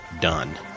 done